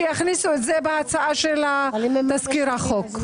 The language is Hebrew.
שיכניסו את זה בהצעה של תזכיר החוק.